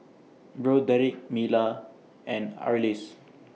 Broderick Mila and Arlis